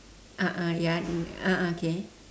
a'ah ya a'ah okay